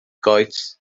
goets